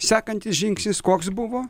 sekantis žingsnis koks buvo